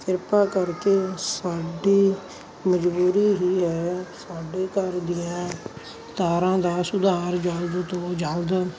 ਕਿਰਪਾ ਕਰਕੇ ਸਾਡੀ ਮਜਬੂਰੀ ਹੀ ਹੈ ਸਾਡੇ ਘਰ ਦੀਆਂ ਤਾਰਾਂ ਦਾ ਸੁਧਾਰ ਜਲਦ ਤੋਂ ਜਲਦ